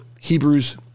Hebrews